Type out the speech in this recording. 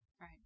right